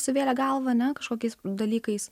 suvėlė galvą ane kažkokiais dalykais